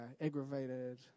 aggravated